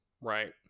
right